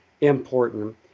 important